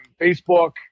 Facebook